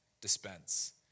dispense